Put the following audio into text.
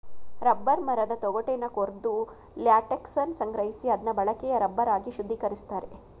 rubber ಮರದ ತೊಗಟೆನ ಕೊರ್ದು ಲ್ಯಾಟೆಕ್ಸನ ಸಂಗ್ರಹಿಸಿ ಅದ್ನ ಬಳಕೆಯ ರಬ್ಬರ್ ಆಗಿ ಶುದ್ಧೀಕರಿಸ್ತಾರೆ